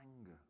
anger